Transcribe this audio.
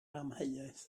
amheuaeth